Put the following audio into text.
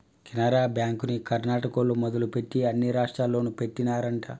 కెనరా బ్యాంకుని కర్ణాటకోల్లు మొదలుపెట్టి అన్ని రాష్టాల్లోనూ పెట్టినారంట